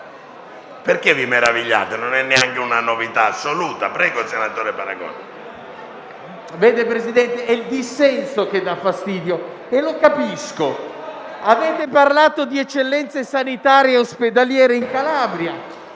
perché vi meravigliate? Non è neanche una novità assoluta. PARAGONE *(Misto)*. Signor Presidente, è il dissenso che dà fastidio e lo capisco. Colleghi, avete parlato di eccellenze sanitarie e ospedaliere in Calabria...